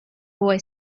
boy